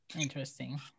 Interesting